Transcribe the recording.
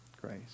Grace